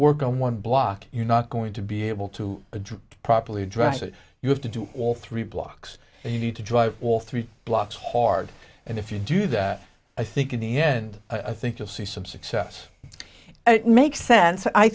work on one block you're not going to be able to address properly address it you have to do all three blocks and you need to drive all three blocks hard and if you do that i think in the end i think you'll see some success it makes sense